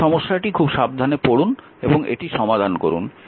এই সমস্যাটি খুব সাবধানে পড়ুন এবং এটি সমাধান করুন